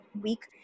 week